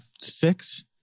six